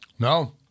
No